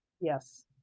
yes